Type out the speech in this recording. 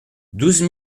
douze